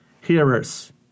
hearers